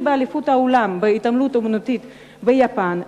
באליפות העולם בהתעמלות אמנותית ביפן.